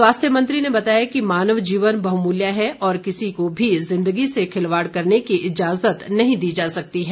स्वास्थ्य मंत्री ने बताया कि मानव जीवन बहुमूल्य है और किसी को भी जिंदगी से खिलवाड़ करने की इजाज़त नहीं दी जा सकती है